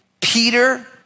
Peter